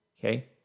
okay